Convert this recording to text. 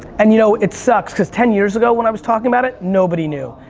and, you know, it sucks cause ten years ago when i was talking about it, nobody knew.